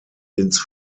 ins